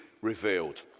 revealed